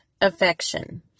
affection